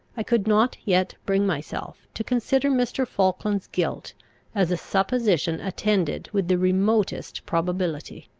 i could not yet bring myself to consider mr. falkland's guilt as a supposition attended with the remotest probability.